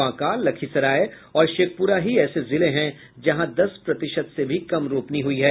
बांका लखीसराय और शेखपुरा ही ऐसे जिले हैं जहां दस प्रतिशत से भी कम रोपनी हुई है